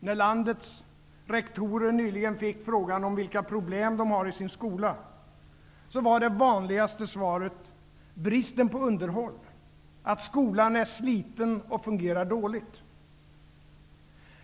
När landets rektorer nyligen fick frågan om vilka problem de har i sin skola, var det vanligaste svaret: bristen på underhåll, att skolan är sliten och fungerar dåligt.